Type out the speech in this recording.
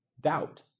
doubt